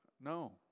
no